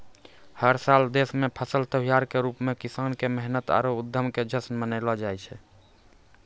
हर साल देश मॅ फसल त्योहार के रूप मॅ किसान के मेहनत आरो उद्यम के जश्न मनैलो जाय छै